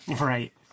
right